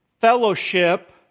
fellowship